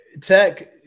tech